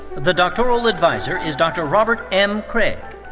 the doctoral adviser is dr. robert m. craig.